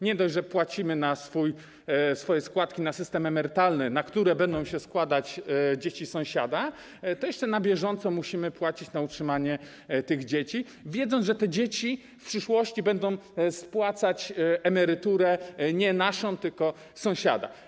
Nie dość, że płacimy swoje składki na system emerytalny, na który będą się składać dzieci sąsiada, to jeszcze na bieżąco musimy płacić za utrzymanie naszych dzieci, wiedząc, że te dzieci w przyszłości będą spłacać emeryturę nie naszą tylko sąsiada.